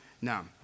Now